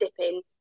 dipping